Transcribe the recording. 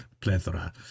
plethora